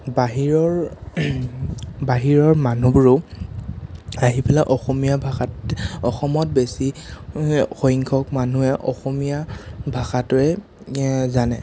বাহিৰৰ বাহিৰৰ মানুহবোৰো আহি পেলাই অসমীয়া ভাষাত অসমত বেছি সংখ্যক মানুহে অসমীয়া ভাষাটোৱে জানে